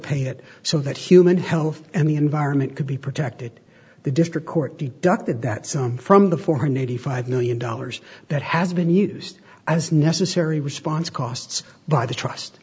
pay it so that human health and the environment could be protected the district court to ducted that some from the four hundred and eighty five million dollars that has been used as necessary response costs by the trust